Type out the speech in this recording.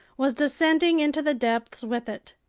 was descending into the depths with it.